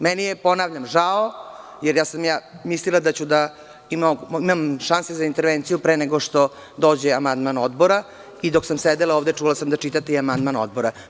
Meni je, ponavljam, žao, jer sam mislila da imam šanse za intervenciju pre nego što dođe amandman Odbora i dok sam sedela ovde čula sam da čitate i amandman Odbora.